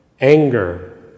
anger